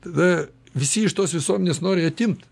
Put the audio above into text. tada visi iš tos visuomenės nori atimt